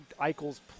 Eichel's